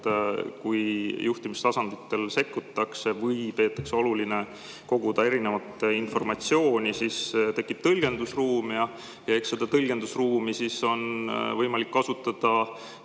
kui juhtimistasandil sekkutakse või peetakse oluliseks koguda erinevat informatsiooni, siis tekib tõlgendusruum. Seda tõlgendusruumi on võimalik kasutada